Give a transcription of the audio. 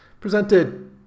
presented